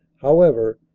however,